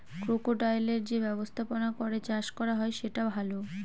ক্রোকোডাইলের যে ব্যবস্থাপনা করে চাষ করা হয় সেটা ভালো